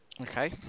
Okay